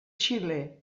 xile